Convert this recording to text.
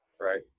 Right